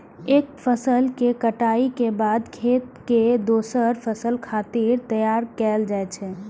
एक फसल के कटाइ के बाद खेत कें दोसर फसल खातिर तैयार कैल जाइ छै